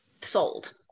sold